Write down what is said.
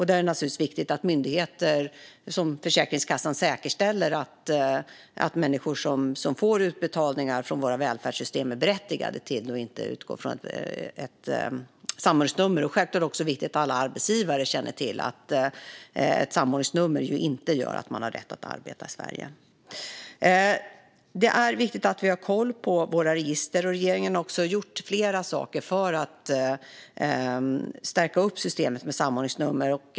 Det är viktigt att myndigheter som Försäkringskassan säkerställer att personer som får utbetalningar från våra välfärdssystem är berättigade till det och att man inte utgår från ett samordningsnummer. Det är självklart också viktigt att alla arbetsgivare känner till att ett samordningsnummer inte ger någon rätt att arbeta i Sverige. Det är viktigt att vi har koll på våra register. Regeringen har gjort flera saker för att stärka upp systemet med samordningsnummer.